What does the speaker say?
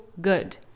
good